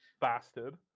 bastard